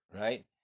right